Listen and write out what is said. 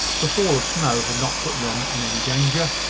the fall of snow had not put them in any danger,